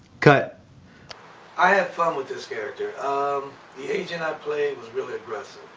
cut i had fun with this character, um the agent i play was really aggressive